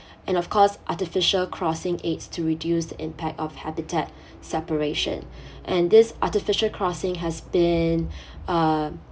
and of course artificial crossing aids to reduce the impact of habitat separation and this artificial crossing has been uh